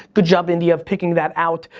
good job, india of picking that out.